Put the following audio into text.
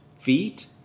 feet